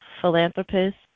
philanthropist